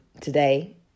today